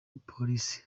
police